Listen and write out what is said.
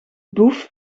boef